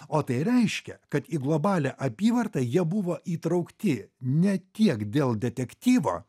o tai reiškia kad į globalią apyvartą jie buvo įtraukti ne tiek dėl detektyvo